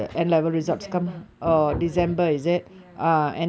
december december ya